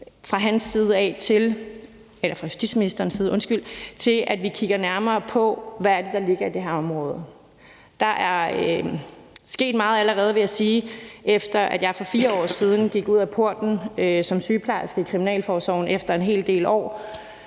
er der også en stor vilje fra hans side, i forhold til at vi kigger nærmere på, hvad der ligger på det her område. Der er sket meget allerede, vil jeg sige, efter at jeg for 4 år siden gik ud ad porten som sygeplejerske i kriminalforsorgen efter en hel del år,